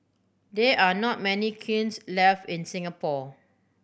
there are not many kilns life in Singapore